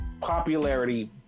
popularity